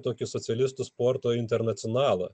tokį socialistų sporto internacionalą